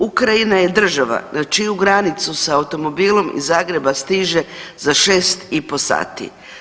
Ukrajina je država na činu granicu sa automobilom iz Zagreba stiže za 6 i pol sati.